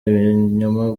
ibinyoma